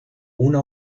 una